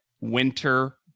Winter